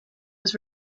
was